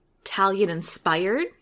Italian-inspired